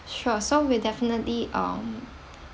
sure so we'll definitely um